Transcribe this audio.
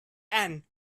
end